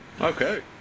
Okay